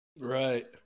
Right